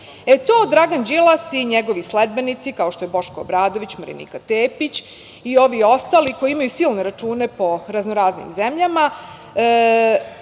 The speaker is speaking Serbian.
to, Dragan Đilas i njegovi sledbenici, kao što je Boško Obradović, Marinika Tepić i ovi ostali koji imaju silne račune po raznoraznim zemljama,